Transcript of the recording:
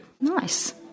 Nice